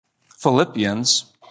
Philippians